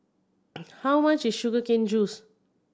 how much is sugar cane juice